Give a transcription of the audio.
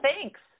thanks